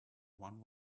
one